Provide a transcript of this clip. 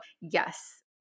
yes